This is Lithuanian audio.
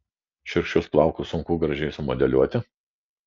šiurkščius plaukus sunku gražiai sumodeliuoti